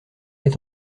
est